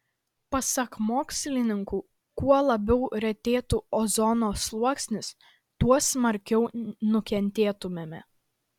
pasak mokslininkų kuo labiau retėtų ozono sluoksnis tuo smarkiau nukentėtumėme